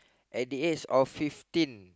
at the age of fifteen